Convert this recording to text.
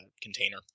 container